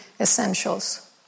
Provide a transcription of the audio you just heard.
essentials